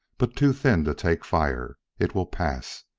but too thin to take fire. it will pass.